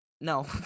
No